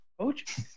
Coach